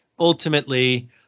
Ultimately